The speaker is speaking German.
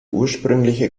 ursprüngliche